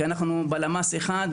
כי אנחנו בלמ"ס 1,